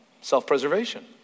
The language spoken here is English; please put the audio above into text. self-preservation